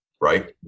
right